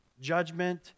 judgment